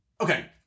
Okay